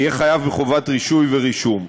שיהיה חייב בחובת רישוי ורישום.